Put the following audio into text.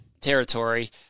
territory